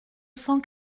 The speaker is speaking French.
cent